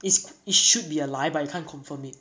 is it should be a lie but you can't confirm it